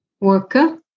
worker